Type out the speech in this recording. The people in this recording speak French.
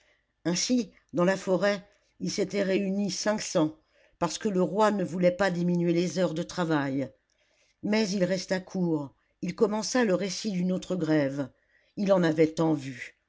ainsi dans la forêt ils s'étaient réunis cinq cents parce que le roi ne voulait pas diminuer les heures de travail mais il resta court il commença le récit d'une autre grève il en avait tant vu